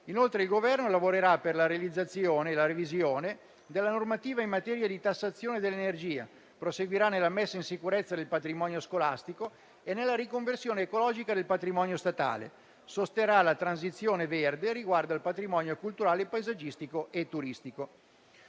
Inoltre, il Governo lavorerà per la realizzazione e la revisione della normativa in materia di tassazione dell'energia; proseguirà nella messa in sicurezza del patrimonio scolastico e nella riconversione ecologica del patrimonio statale e sosterrà la transizione verde, con riguardo al patrimonio culturale, paesaggistico e turistico.